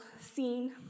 scene